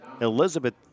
Elizabeth